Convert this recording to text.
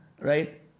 right